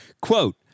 Quote